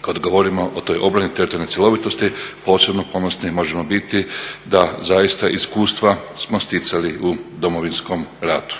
Kada govorimo o toj obrani teritorijalne cjelovitosti, posebno ponosni možemo biti da zaista iskustva smo sticali u Domovinskom ratu.